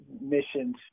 missions